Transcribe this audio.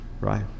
right